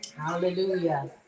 Hallelujah